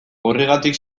horregatik